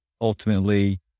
ultimately